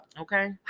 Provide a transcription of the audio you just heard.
Okay